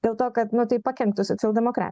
dėl to kad nu tai pakenktų socialdemokratam